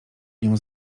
nią